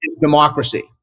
democracy